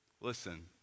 listen